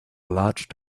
large